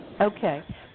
Okay